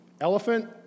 Elephant